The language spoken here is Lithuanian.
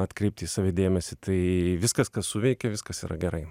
atkreipt į save dėmesį tai viskas kas suveikia viskas yra gerai